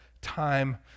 time